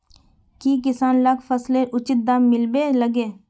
की किसान लाक फसलेर उचित दाम मिलबे लगे?